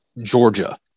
Georgia